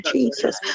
Jesus